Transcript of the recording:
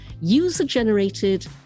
user-generated